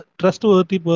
trustworthy